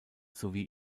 sowie